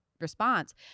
response